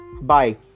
Bye